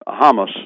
Hamas